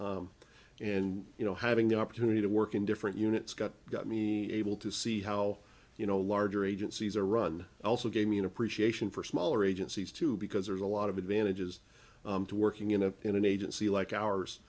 basis and you know having the opportunity to work in different units got got me able to see how you know larger agencies are run also gave me an appreciation for smaller agencies too because there's a lot of advantages to working in a in an agency like ours